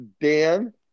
Dan